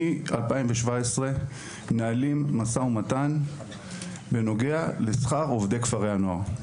אנחנו מ-2017 מנהלים משא ומתן בנוגע לשכר עובדי כפרי הנוער.